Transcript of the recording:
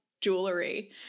jewelry